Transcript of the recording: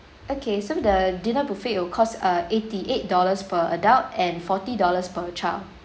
okay so the dinner buffet it will cost uh eighty eight dollars per adult and forty dollars per child